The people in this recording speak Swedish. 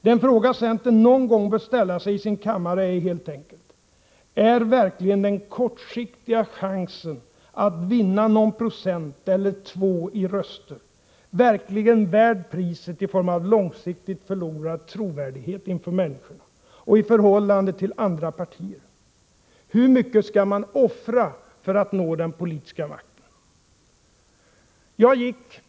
Den fråga centern någon gång bör ställa sig i sin kammare är helt enkelt: Är verkligen den kortsiktiga chansen att vinna någon procent eller två i röster verkligen värd priset i form av långsiktigt förlorad trovärdighet inför människorna och i förhållande till andra partier? Hur mycket skall man offra för att nå den politiska makten?